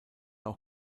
auch